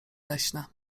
leśne